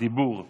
העושים במלאכה,